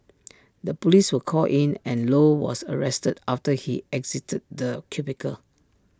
the Police were called in and low was arrested after he exited the cubicle